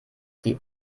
die